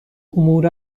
امور